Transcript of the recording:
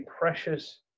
precious